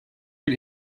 bir